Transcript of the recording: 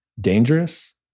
dangerous